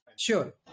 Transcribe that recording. Sure